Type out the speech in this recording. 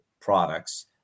products